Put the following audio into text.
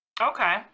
Okay